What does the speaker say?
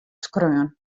skreaun